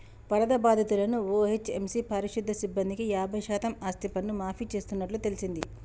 వరద బాధితులను ఓ.హెచ్.ఎం.సి పారిశుద్య సిబ్బందికి యాబై శాతం ఆస్తిపన్ను మాఫీ చేస్తున్నట్టు తెల్సింది